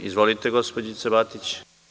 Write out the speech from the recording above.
Izvolite, gospođice Batić.